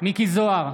מכלוף מיקי זוהר,